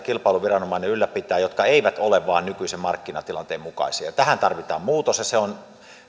kilpailuviranomainen ylläpitää jotka eivät vain ole nykyisen markkinatilanteen mukaisia tähän tarvitaan muutos ja se on